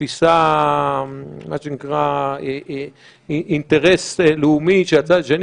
מתפיסה של אינטרס לאומי שהצד השני